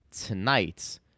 tonight